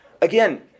again